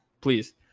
please